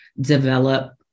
develop